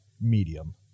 medium